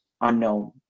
unknown